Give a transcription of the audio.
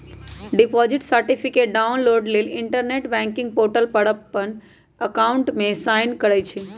deposit certificate download लेल internet banking portal पर अप्पन अकाउंट में साइन करइ छइ